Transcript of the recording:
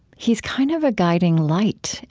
he's kind of a guiding light.